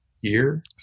year